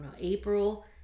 April